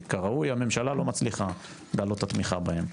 הממשלה לא מצליחה להעלות את התמיכה בהם.